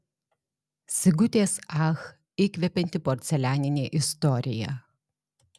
sigutės ach įkvepianti porcelianinė istorija